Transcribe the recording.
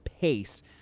pace